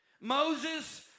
Moses